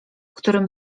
którym